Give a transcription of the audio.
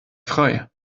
frei